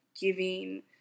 giving